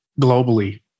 globally